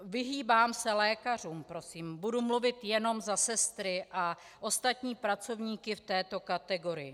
Vyhýbám se lékařům, prosím, budu mluvit jenom za sestry a ostatní pracovníky v této kategorii.